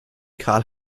karl